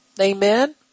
Amen